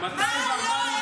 מה לעשות?